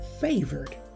favored